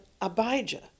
Abijah